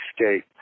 escape